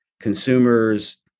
consumers